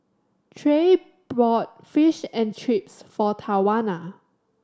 Trey bought Fish and Chips for Tawana